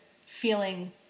feeling